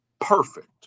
Perfect